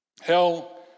Hell